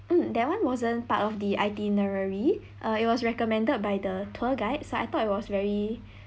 mm that one wasn't part of the itinerary err it was recommended by the tour guides so I thought it was very